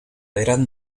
eran